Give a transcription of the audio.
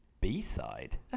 b-side